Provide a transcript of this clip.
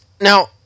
Now